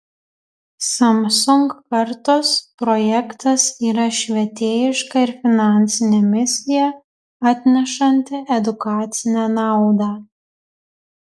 samsung kartos projektas yra švietėjiška ir finansinė misija atnešanti edukacinę naudą